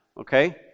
Okay